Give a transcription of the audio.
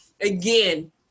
again